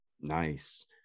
Nice